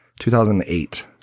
2008